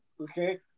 okay